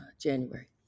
January